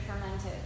fermented